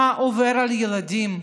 מה עובר על הילדים.